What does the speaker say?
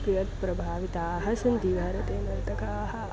कियत् प्रभाविताः सन्ति भारते नर्तकाः